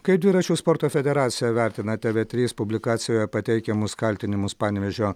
kaip dviračių sporto federacija vertina tv trys publikacijoje pateikiamus kaltinimus panevėžio